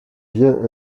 bien